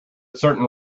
certain